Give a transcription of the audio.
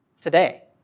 today